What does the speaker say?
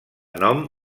nom